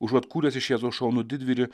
užuot kūręs iš jėzaus šaunų didvyrį